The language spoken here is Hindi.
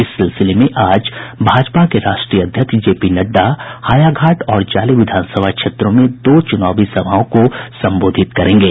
इस सिलसिले में आज भाजपा के राष्ट्रीय अध्यक्ष जे पी नड़डा हायाघाट और जाले विधानसभा क्षेत्रों दो चुनावी सभाओं को संबोधित करेंगे